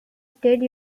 state